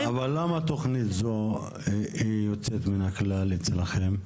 --- אבל למה התכנית הזו היא יוצאת מהכלל אצלכם?